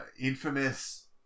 infamous